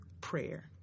prayer